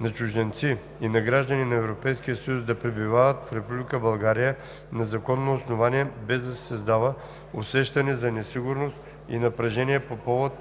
на чужденци и на граждани на Европейския съюз да пребивават в Република България на законно основание, без да се създава усещане за несигурност и напрежение по повод